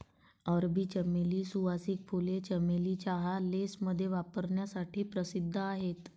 अरबी चमेली, सुवासिक फुले, चमेली चहा, लेसमध्ये वापरण्यासाठी प्रसिद्ध आहेत